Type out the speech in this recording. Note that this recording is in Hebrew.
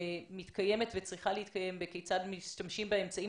שמתקיימת וצריכה להתקיים כיצד משתמשים באמצעים